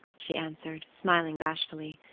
she answered, smiling bashfully.